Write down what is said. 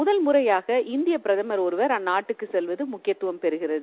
முதன்முறையாக இந்தியப்பிரதமர் ஒருவர் அந்நாட்டிற்கு செல்வது முக்கியத்துவம் பெறுகிறது